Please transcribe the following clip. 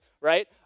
Right